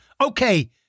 Okay